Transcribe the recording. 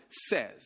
says